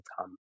come